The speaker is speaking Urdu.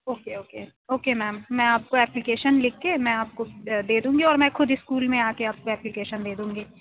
اوکے اوکے اوکے میم میں آپ کو اپلیکیشن لکھ کے میں آپ کو دے دوں گی اور میں خود اسکول میں آ کے آپ کو اپلیکیشن دے دوں گی